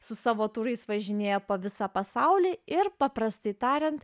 su savo turais važinėja po visą pasaulį ir paprastai tariant